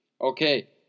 Okay